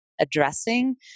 addressing